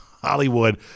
Hollywood